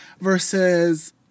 versus